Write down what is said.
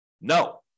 No